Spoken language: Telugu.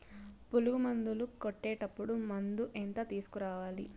పులుగు మందులు కొట్టేటప్పుడు మందు ఎంత తీసుకురావాలి?